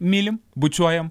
mylim bučiuojam